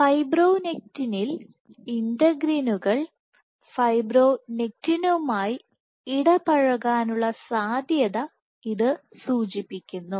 ഫൈബ്രോണെക്റ്റിനിൽ ഇന്റഗ്രിനുകൾ ഫൈബ്രോനെക്റ്റിനുമായി ഇടപഴകാനുള്ള സാധ്യത ഇത് സൂചിപ്പിക്കുന്നു